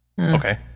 okay